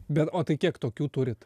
bet o tai kiek tokių turit